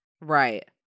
Right